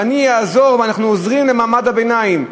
אני אעזור ואנחנו עוזרים למעמד הביניים.